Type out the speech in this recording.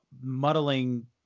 muddling